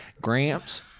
Gramps